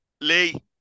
Lee